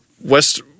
West